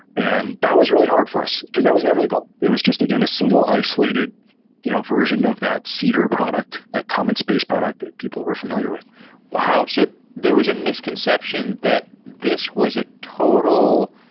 and that was really hard for us, because that was never the goal. it was just again a single isolated you know version of that cedar product, that common space product that people were familiar with wow. so there was a misconception that this was a total